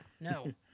No